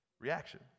reaction